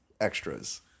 extras